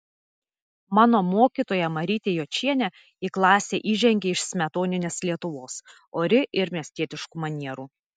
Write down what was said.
mano mokytoja marytė jočienė į klasę įžengė iš smetoninės lietuvos ori ir miestietiškų manierų